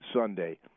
Sunday